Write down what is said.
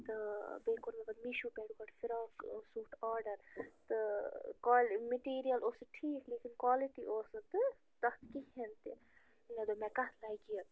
تہٕ بیٚیہِ کوٚر مےٚ پتہٕ میٖشو پٮ۪ٹھ گۄڈٕ فِراک سوٗٹ آرڈر تہٕ کالہِ مِٹیٖرل اوس سُہ ٹھیٖک لیکِن کالٹی اوس نہٕ تہٕ تتھ کِہیٖنۍ تہٕ مےٚ دوٚپ مےٚ کتھ لگہِ یہِ